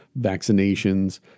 vaccinations